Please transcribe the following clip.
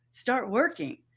start working.